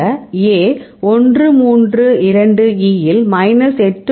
இந்த A 132 E இல் minus 8